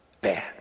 bad